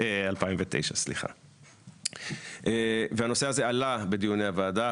2009. והנושא הזה עלה בדיוני הוועדה.